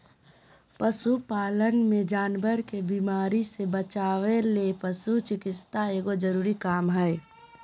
पशु पालन मे जानवर के बीमारी से बचावय ले पशु चिकित्सा एगो जरूरी काम हय